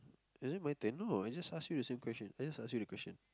is it my turn no is it ask you the same question I just ask you the question